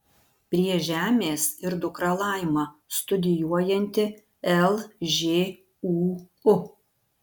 prie žemės ir dukra laima studijuojanti lžūu